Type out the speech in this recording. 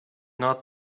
not